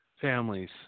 families